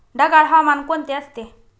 ढगाळ हवामान कोणते असते?